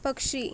पक्षी